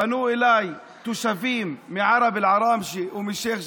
פנו אליי תושבים מערב אל-עראמשה ומשייח'